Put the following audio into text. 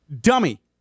dummy